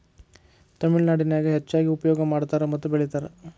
ತಮಿಳನಾಡಿನ್ಯಾಗ ಹೆಚ್ಚಾಗಿ ಉಪಯೋಗ ಮಾಡತಾರ ಮತ್ತ ಬೆಳಿತಾರ